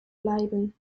bleiben